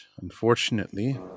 Unfortunately